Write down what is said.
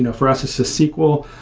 and for us it's a sql.